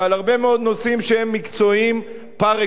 ועל הרבה מאוד נושאים שהם מקצועיים פר-אקסלנס.